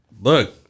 Look